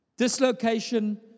dislocation